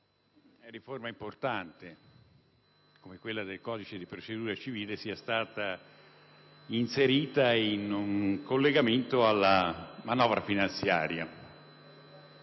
riforma importante come quella del codice di procedura civile sia stata inserita in un collegato alla manovra finanziaria.